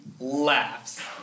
Laughs